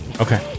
Okay